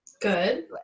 good